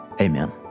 amen